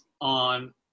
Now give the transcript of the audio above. on